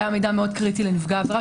היה מידע מאוד קריטי לנפגע העבירה,